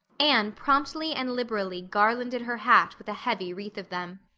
anne promptly and liberally garlanded her hat with a heavy wreath of them.